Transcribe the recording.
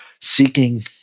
seeking